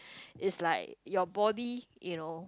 it's like your body you know